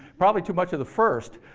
probably too much of the first.